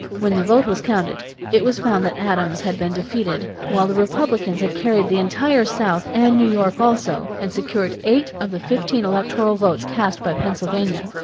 when the vote was counted, it was found that adams had been defeated while the republicans had carried the entire south and new york also and secured eight of the fifteen electoral votes cast by pennsylvania.